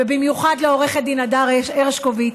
ובמיוחד לעו"ד אדר הרשקוביץ,